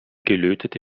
gelötete